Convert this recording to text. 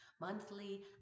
monthly